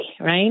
right